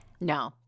No